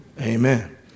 Amen